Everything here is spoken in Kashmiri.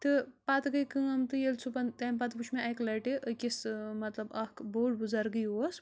تہٕ پَتہٕ گٔے کٲم تہٕ ییٚلہِ صُبحن تَمہِ پَتہٕ وُچھ مےٚ اَکہِ لَٹہِ أکِس مطلب اَکھ بوٚڑ بُزرگٕے اوس